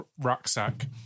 rucksack